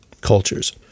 cultures